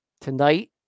Tonight